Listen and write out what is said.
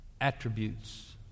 attributes